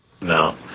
No